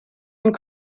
and